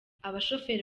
abashoferi